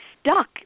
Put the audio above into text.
stuck